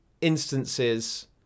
instances